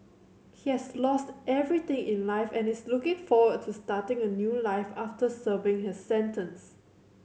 he has lost everything in life and is looking forward to starting a new life after serving his sentence